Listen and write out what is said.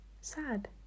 sad